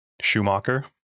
Schumacher